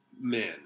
men